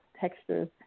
textures